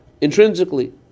intrinsically